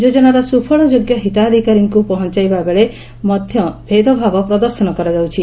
ଯୋଜନାର ସ୍ପଫଳଯୋଗ୍ୟ ହିତାଧିକାରୀଙ୍କୁ ପହଞାଇବା ବେଳେ ମଧ୍ଧ ଭେଦଭାବ ପ୍ରଦର୍ଶନ କରାଯାଉଛି